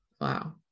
Wow